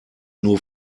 nur